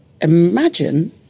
imagine